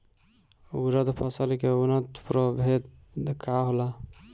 उरद फसल के उन्नत प्रभेद का होला?